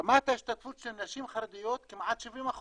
רמת ההשתתפות של נשים חרדיות כמעט 70%,